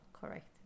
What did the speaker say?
correct